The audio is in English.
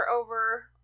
over